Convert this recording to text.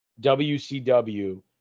WCW